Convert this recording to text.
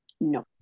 No